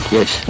Yes